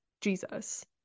Jesus